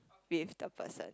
with the person